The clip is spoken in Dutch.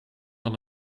van